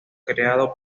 creado